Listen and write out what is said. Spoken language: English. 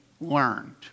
learned